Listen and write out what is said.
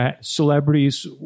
celebrities